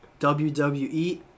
WWE